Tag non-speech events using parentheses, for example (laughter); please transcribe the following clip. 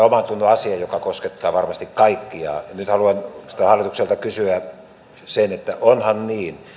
(unintelligible) omantunnon asia joka koskettaa varmasti kaikkia nyt haluan oikeastaan hallitukselta kysyä että onhan niin